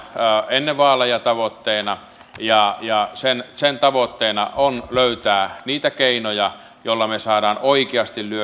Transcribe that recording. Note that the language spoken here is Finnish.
ennen vaaleja tavoitteena ja ja sen sen tavoitteena on löytää niitä keinoja joilla me saamme oikeasti